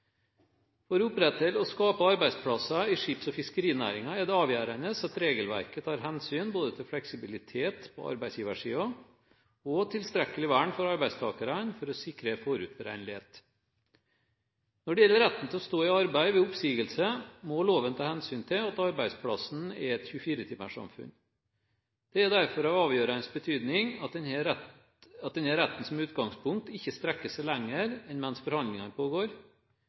fiskerinæringen. For å opprettholde og skape arbeidsplasser i skips- og fiskerinæringen er det avgjørende at regelverket tar hensyn både til fleksibilitet på arbeidsgiversiden og til tilstrekkelig vern for arbeidstakeren for å sikre forutberegnelighet. Når det gjelder retten til å stå i arbeid ved oppsigelse, må loven ta hensyn til at arbeidsplassen er et 24-timerssamfunn. Det er derfor av avgjørende betydning at denne retten som utgangspunkt ikke strekker seg lenger enn mens forhandlingene pågår,